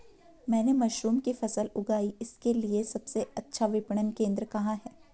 मैंने मशरूम की फसल उगाई इसके लिये सबसे अच्छा विपणन केंद्र कहाँ है?